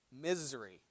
misery